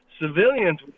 civilians